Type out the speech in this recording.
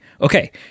Okay